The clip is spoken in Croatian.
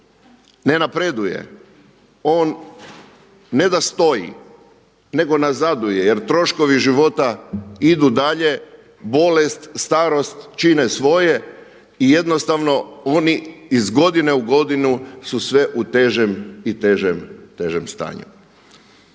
ne napreduje, on ne da stoji nego nazaduje jer troškovi života idu dalje, bolest, starost čine svoje i jednostavno oni iz godine u godinu su sve u težem i težem, težem